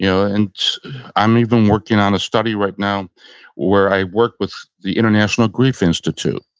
you know and i'm even working on a study right now where i work with the international grief institute.